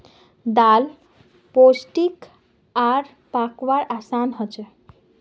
दाल पोष्टिक आर पकव्वार असान हछेक